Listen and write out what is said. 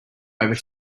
over